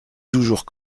toujours